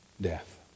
death